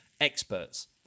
experts